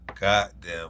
goddamn